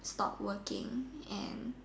stop working and